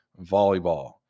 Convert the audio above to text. volleyball